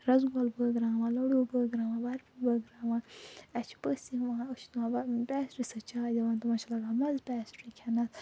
رسگولہٕ بٲگراوان لڈو بٲگراوان برٛفی بٲگراوان اَسہِ چھ پٔژھۍ یِوان أسۍ چھِ تِمن دِوان پیسٹری سۭتۍ چاے دِوان تِمن چھُ لگان مَزٕ پیسٹری کھیٚنَس